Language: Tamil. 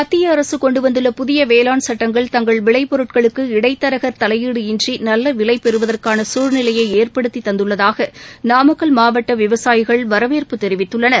மத்திய அரசு கொண்டுவந்துள்ள புதிய வேளாண் சுட்டங்கள் தங்கள் விளைபொருட்களுக்கு இடைத்தரகர் தலையீடு இன்றி நல்ல விலை பெறுவதற்கான சூழ்நிலையை ஏற்படுத்தித் தந்துள்ளதாக நாமக்கல் மாவட்ட விவசாயிகள் வரவேற்பு தெரிவித்துள்ளனர்